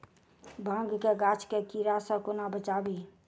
भांग केँ गाछ केँ कीड़ा सऽ कोना बचाबी?